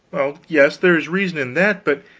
well yes, there is reason in that. but